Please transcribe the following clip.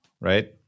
right